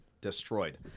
destroyed